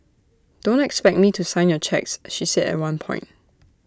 don't expect me to sign your cheques she said at one point